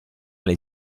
alle